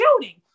shooting